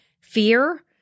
fear